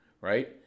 right